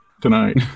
tonight